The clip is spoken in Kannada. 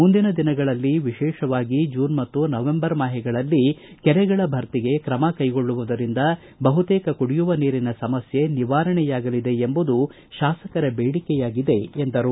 ಮುಂದಿನ ದಿನಗಳಲ್ಲಿ ವಿಶೇಷವಾಗಿ ಜೂನ ಮತ್ತು ನವ್ವಂಬರ್ ಮಾಹೆಗಳಲ್ಲಿ ಕೆರೆಗಳ ಭರ್ತಿಗೆ ತ್ರಮ ಕೈಗೊಳ್ಳುವುದರಿಂದ ಬಹುತೇಕ ಕುಡಿಯುವ ನೀರಿನ ಸಮಸ್ಯೆ ನಿವಾರಣೆಯಾಗಲಿದೆ ಎಂಬುದು ಶಾಸಕರ ಬೇಡಿಕೆಯಾಗಿದೆ ಎಂದರು